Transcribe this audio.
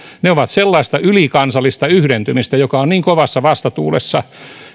ne ovat sellaista ylikansallista yhdentymistä joka on niin kovassa vastatuulessa